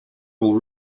will